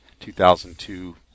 2002